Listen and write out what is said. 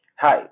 Hi